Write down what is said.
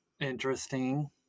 Interesting